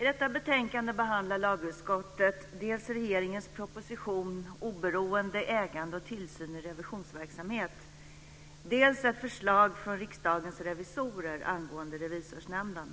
I detta betänkande behandlar lagutskottet dels regeringens proposition Oberoende, ägande och tillsyn i revisionsverksamhet, dels ett förslag från Riksdagens revisorer angående Revisorsnämnden.